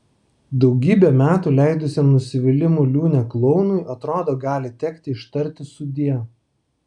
daugybę metų leidusiam nusivylimų liūne klounui atrodo gali tekti ištarti sudie